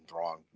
wrong